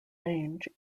range